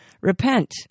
Repent